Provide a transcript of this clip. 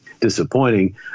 disappointing